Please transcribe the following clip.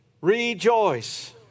Rejoice